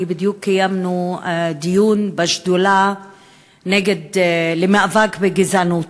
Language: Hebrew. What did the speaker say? כי בדיוק קיימנו דיון בשדולה למאבק בגזענות.